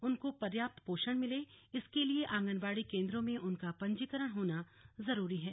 उनको पर्याप्त पोषण मिले इसके लिए आंगनबाड़ी केन्द्रों में उनका पंजीकरण होना जरूरी है